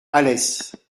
alès